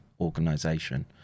organization